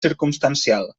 circumstancial